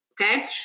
okay